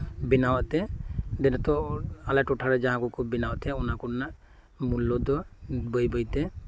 ᱵᱮᱱᱟᱣᱮᱫ ᱛᱮ ᱡᱮ ᱱᱮᱛᱚᱜ ᱟᱞᱮ ᱴᱚᱴᱷᱟᱨᱮ ᱡᱟᱦᱟᱸ ᱠᱚᱠᱚ ᱵᱮᱱᱟᱣᱮᱫ ᱛᱟᱦᱮᱸᱫ ᱚᱱᱟᱠᱚᱨᱮᱱᱟᱜ ᱢᱩᱞᱞᱚ ᱫᱚ ᱵᱟᱹᱭ ᱵᱟᱹᱭ ᱛᱮ